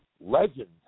legend